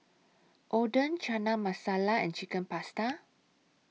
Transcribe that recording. Oden Chana Masala and Chicken Pasta